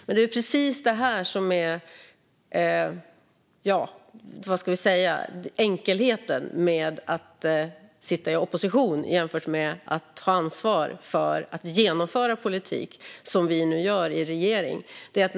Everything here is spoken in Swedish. Men det är enkelt att sitta i opposition jämfört med att ta ansvar för att genomföra politik, vilket vi nu gör i regeringsställning.